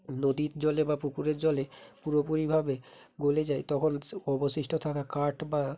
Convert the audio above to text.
নদীর জলে বা পুকুরের জলে পুরোপুরিভাবে গলে যায় তখন স অবশিষ্ট থাকা কাঠ বা